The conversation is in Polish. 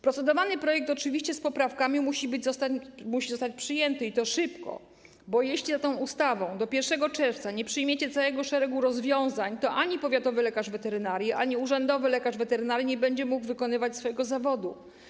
Procedowany projekt - oczywiście z poprawkami - musi zostać przyjęty, i to szybko, bo jeśli za tą ustawą do 1 czerwca nie przyjmiecie całego szeregu rozporządzeń, to ani powiatowy lekarz weterynarii, ani urzędowy lekarz weterynarii nie będzie mógł wykonywać swojego zawodu.